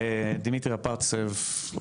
דימטרי אפרצב,